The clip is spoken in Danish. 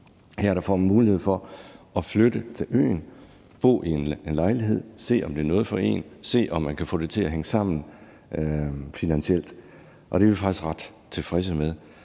her får man en mulighed for at flytte til øen, bo i en lejlighed og se, om det er noget for en, se, om man kan få det til at hænge sammen finansielt, og det er vi faktisk ret tilfredse med.